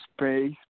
space